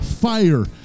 fire